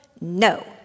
No